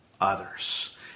others